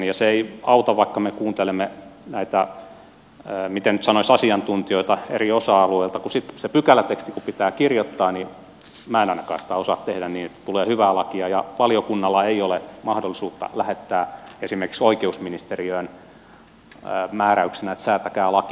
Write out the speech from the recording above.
se ei auta vaikka me kuuntelemme näitä miten nyt sanoisi asiantuntijoita eri osa alueilta koska sitten kun se pykäläteksti pitää kirjoittaa niin minä en ainakaan sitä osaa tehdä niin että tulee hyvää lakia ja valiokunnalla ei ole mahdollisuutta lähettää esimerkiksi oikeusministeriöön määräyksenä että säätäkää laki